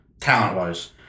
talent-wise